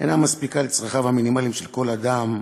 אינה מספיקה לצרכיו המינימליים של כל אדם,